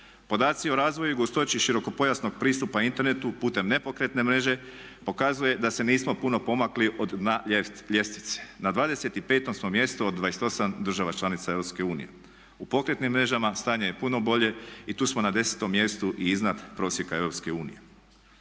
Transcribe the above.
Podaci o razvoju i gustoći širokopojasnog pristupa internetu putem nepokretne mreže pokazuje da se nismo puno pomakli od dna ljestvice. Na 25 smo mjestu od 28 država članica Europske unije. U pokretnim mrežama stanje je puno bolje i tu smo na 10.-tom mjestu i iznad prosjeka